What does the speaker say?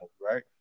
right